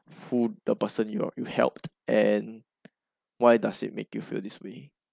fooled the person you you've helped and why does it make you feel this way